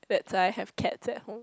that I have cat at home